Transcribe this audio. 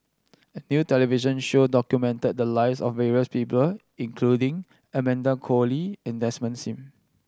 a new television show documented the lives of various people including Amanda Koe Lee and Desmond Sim